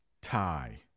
tie